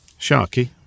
Sharky